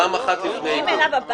פעם אחת לפני עיקול.